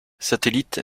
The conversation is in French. satellite